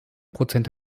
prozent